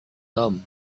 tom